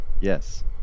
Yes